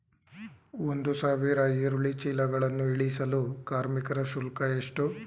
ಒಂದು ಸಾವಿರ ಈರುಳ್ಳಿ ಚೀಲಗಳನ್ನು ಇಳಿಸಲು ಕಾರ್ಮಿಕರ ಶುಲ್ಕ ಎಷ್ಟು?